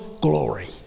glory